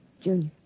Junior